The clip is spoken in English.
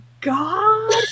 God